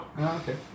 Okay